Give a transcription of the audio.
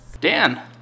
Dan